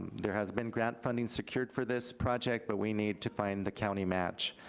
there has been grant funding secured for this project, but we need to find the county match.